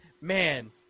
man